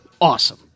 Awesome